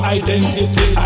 identity